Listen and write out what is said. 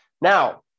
Now